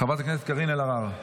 חברת הכנסת קארין אלהרר.